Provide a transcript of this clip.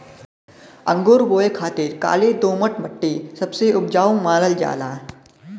अंगूर बोए खातिर काली दोमट मट्टी सबसे उपजाऊ मानल जाला